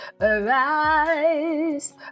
Arise